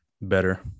better